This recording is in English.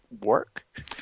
work